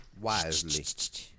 Wisely